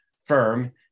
firm